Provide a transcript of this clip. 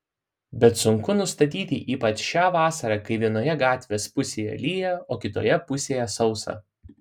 bet sunku nustatyti ypač šią vasarą kai vienoje gatvės pusėje lyja o kitoje pusėje sausa